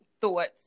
thoughts